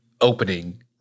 opening